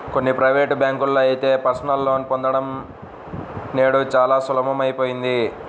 కొన్ని ప్రైవేటు బ్యాంకుల్లో అయితే పర్సనల్ లోన్ పొందడం నేడు చాలా సులువయిపోయింది